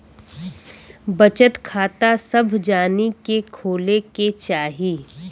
बचत खाता सभ जानी के खोले के चाही